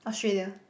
Australia